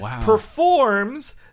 performs